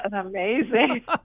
amazing